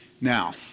Now